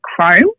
chrome